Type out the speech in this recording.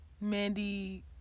mandy